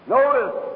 Notice